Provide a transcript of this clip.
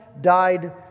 died